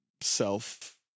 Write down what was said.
self